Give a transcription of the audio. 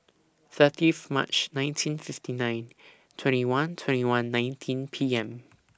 thirtieth March nineteen fifty nine twenty one twenty one nineteen P M